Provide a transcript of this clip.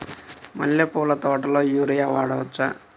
మల్లె పూల తోటలో యూరియా వాడవచ్చా?